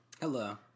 Hello